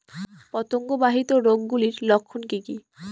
পতঙ্গ বাহিত রোগ গুলির লক্ষণ কি কি?